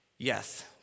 Yes